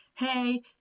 hey